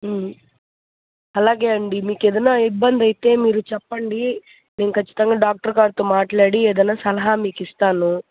అలాగే అండి మీకేదైనా ఇబ్బందయితే మీరు చెప్పండి నేను ఖచ్చితంగా డాక్టర్గారితో మాట్లాడి ఏదైనా సలహా మీకు ఇస్తాను